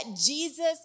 Jesus